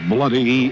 Bloody